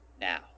Now